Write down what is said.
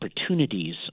opportunities